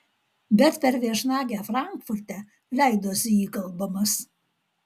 bet per viešnagę frankfurte leidosi įkalbamas